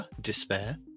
Despair